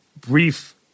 brief